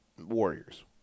Warriors